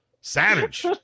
Savage